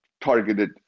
targeted